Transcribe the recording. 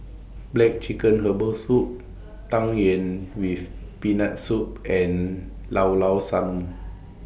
Black Chicken Herbal Soup Tang Yuen with Peanut Soup and Llao Llao Sanum